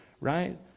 right